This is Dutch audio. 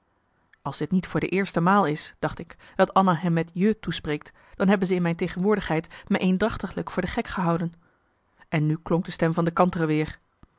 als dit niet voor de eerste maal is dacht ik dat anna hem met je toespreekt dan hebben ze in mijn tegenwoordigheid me eendrachtiglijk voor de gek gehouden en nu klonk de stem van de kantere weer